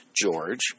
George